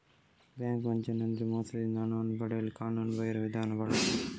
bank ವಂಚನೆ ಅಂದ್ರೆ ಮೋಸದಿಂದ ಹಣವನ್ನು ಪಡೆಯಲು ಕಾನೂನುಬಾಹಿರ ವಿಧಾನ ಬಳಸುದು